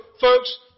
folks